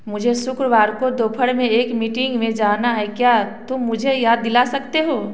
मुझे शुक्रवार को दोपहर में एक मीटिंग में जाना है क्या तुम मुझे याद दिला सकते हो